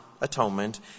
atonement